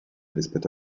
rispetto